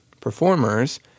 performers